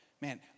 man